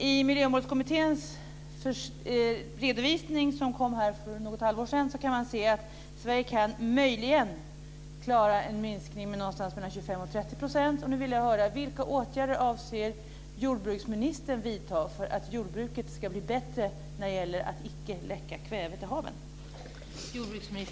I Miljömålskommitténs redovisning som kom för något halvår sedan kan man se att Sverige möjligen kan klara en minskning på 25-30 %.